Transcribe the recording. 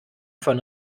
von